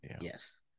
Yes